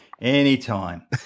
anytime